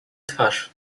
twarz